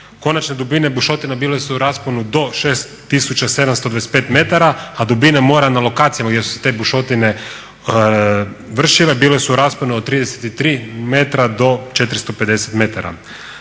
Konačne dubine bušotina bile su u rasponu do 6725 metara, a dubina mora na lokacijama gdje su te bušotine vršile bile su u rasponu od 33 metra do 450 metara.